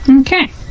Okay